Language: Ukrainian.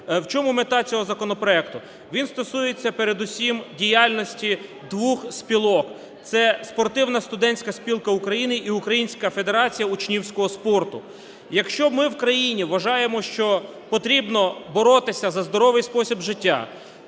В чому мета цього законопроекту? Він стосується передусім діяльності двох спілок – це Спортивна студентська спілка України і Українська федерація учнівського спорту. Якщо ми в країні вважаємо, що потрібно боротися за здоровий спосіб життя,